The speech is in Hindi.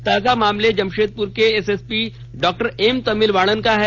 ताजा मामला जमशेदपुर के एसएसपी डॉ एम तमिल वाणन का है